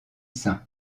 saint